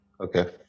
Okay